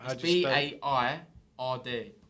b-a-i-r-d